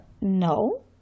No